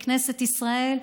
בכנסת ישראל.